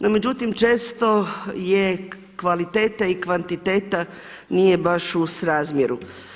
No međutim, često je kvaliteta i kvantiteta, nije baš u srazmjeru.